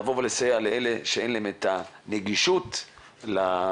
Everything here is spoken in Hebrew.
לבוא ולסייע לאלה שאין להם את הנגישות לאינטרנט,